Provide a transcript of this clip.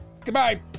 goodbye